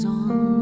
on